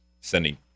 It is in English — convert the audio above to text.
sending